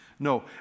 No